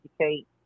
educate